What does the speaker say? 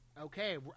okay